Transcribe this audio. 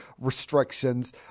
restrictions